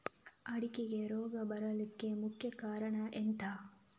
ಅಡಿಕೆಗೆ ರೋಗ ಬರ್ಲಿಕ್ಕೆ ಮುಖ್ಯ ಕಾರಣ ಎಂಥ?